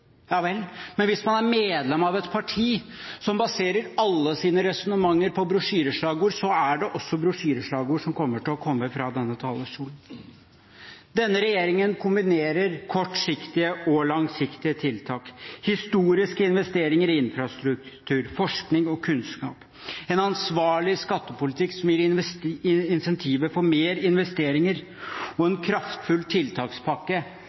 Ja vel. Men hvis man er medlem av et parti som baserer alle sine resonnementer på brosjyreslagord, er det også brosjyreslagord som kommer til å komme fra denne talerstolen. Denne regjeringen kombinerer kortsiktige og langsiktige tiltak: historiske investeringer i infrastruktur, forskning og kunnskap, en ansvarlig skattepolitikk, som gir incentiver for mer investeringer, og en kraftfull tiltakspakke,